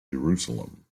jerusalem